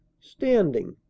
standing